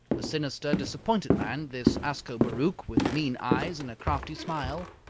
a sinister, disappointed man, this ascobaruch, with mean eyes and a crafty smile.